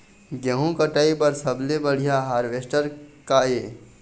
गेहूं कटाई बर सबले बढ़िया हारवेस्टर का ये?